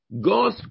God